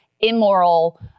immoral